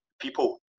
people